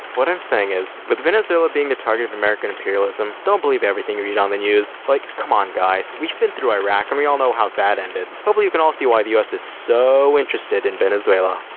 what i'm saying is, with venezuela being the target of american imperialism, don't believe everything you read on the news. like come on guys, we've been through iraq and we all know how that ended. hopefully we can all see why the us is so interested in venezuela.